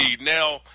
Now